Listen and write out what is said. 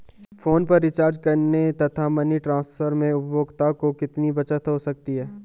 Phone पर recharge करने तथा मनी ट्रांसफर में उपभोक्ता को कितनी बचत हो सकती है?